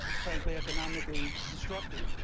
frankly, economically destructive,